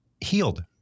healed